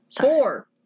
Four